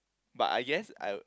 but I guess I would